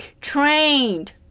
trained